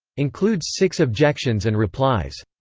includes six objections and replies.